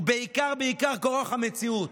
הוא בעיקר כורח המציאות,